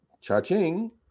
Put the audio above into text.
Cha-ching